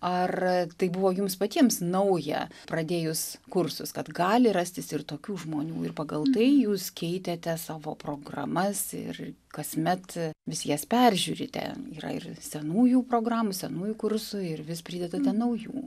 ar tai buvo jums patiems nauja pradėjus kursus kad gali rastis ir tokių žmonių ir pagal tai jūs keitėte savo programas ir kasmet vis jas peržiūrite yra ir senųjų programų senųjų kursų ir vis pridedate naujų